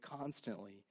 constantly